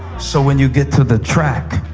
so when you get to the track